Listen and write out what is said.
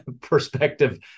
perspective